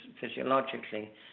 physiologically